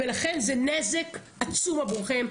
לכן זה נזק עצום עבורכם,